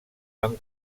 van